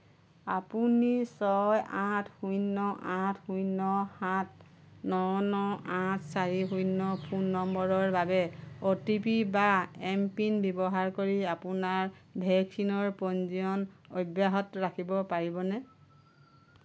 আপুনি ছয় আঠ শূণ্য আঠ শূণ্য সাত ন ন আঠ চাৰি শূণ্য ফোন নম্বৰৰ বাবে অ'টিপি বা এমপিন ব্যৱহাৰ কৰি আপোনাৰ ভেকচিনৰ পঞ্জীয়ন অব্যাহত ৰাখিব বিচাৰেনে